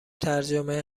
ترجمه